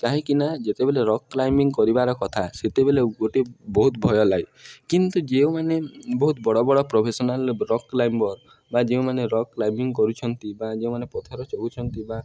କାହିଁକିନା ଯେତେବେଳେ rock climbing କରିବାର କଥା ସେତେବେଳେ ଗୋଟେ ବହୁତ ଭୟ ଲାଗେ କିନ୍ତୁ ଯେଉଁମାନେ ବହୁତ ବଡ଼ ବଡ଼ ପ୍ରଫେସନାଲ୍ ରକ୍ କ୍ଲାଇମ୍ବର୍ ବା ଯେଉଁମାନେ ରକ୍ କ୍ଲାଇମ୍ବିଙ୍ଗ କରୁଛନ୍ତି ବା ଯେଉଁମାନେ ପଥର ଚଢ଼ୁଛନ୍ତି ବା